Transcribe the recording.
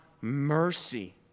mercy